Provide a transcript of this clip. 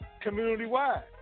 community-wide